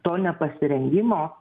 to nepasirengimo